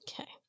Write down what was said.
Okay